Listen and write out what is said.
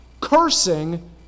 cursing